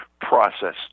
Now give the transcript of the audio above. process